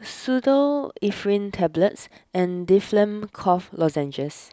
Pseudoephrine Tablets and Difflam Cough Lozenges